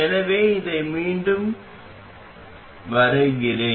எனவே இதை மீண்டும் வரைகிறேன்